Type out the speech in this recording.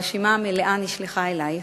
הרשימה המלאה נשלחה אלייך,